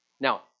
Now